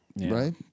right